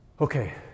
Okay